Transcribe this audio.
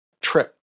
Trip